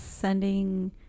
Sending